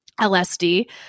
LSD